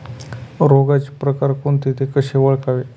रोगाचे प्रकार कोणते? ते कसे ओळखावे?